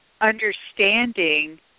understanding